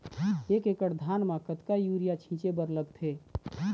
एक एकड़ धान म कतका यूरिया छींचे बर लगथे?